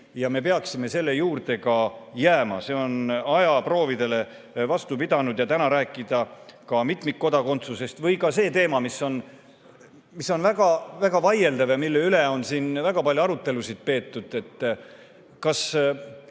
ja me peaksime selle juurde ka jääma. See on ajaproovidele vastu pidanud. Ma võime täna rääkida mitmikkodakondsusest või ka sellest teemast, mis on väga vaieldav ja mille üle siin on väga palju arutelusid peetud.